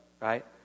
Right